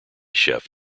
chef